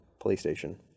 PlayStation